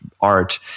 art